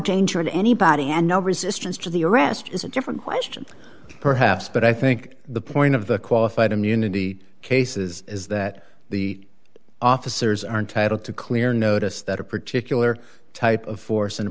danger to anybody and no resistance to the arrest is a different question perhaps but i think the point of the qualified immunity cases is that the officers are entitle to clear notice that a particular type of force in